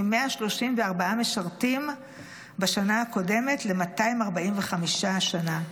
מ-134 משרתים בשנה הקודמת ל-245 השנה.